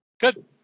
Good